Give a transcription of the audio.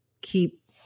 keep